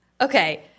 Okay